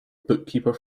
bookkeeper